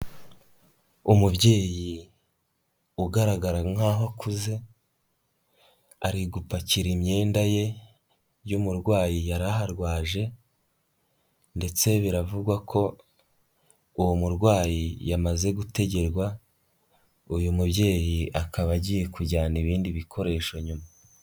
Umubyeyi ugaragara nkaho akuze, ari gupakira imyenda ye y'umurwayi yari aharwaje ndetse biravugwa ko uwo murwayi yamaze gutegerwa, uyu mubyeyi akaba agiye kujyana ibindi bikoresho nyuma.